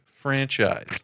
franchise